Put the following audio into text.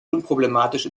unproblematisch